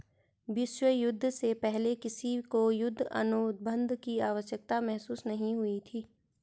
विश्व युद्ध से पहले किसी को युद्ध अनुबंध की आवश्यकता महसूस नहीं हुई थी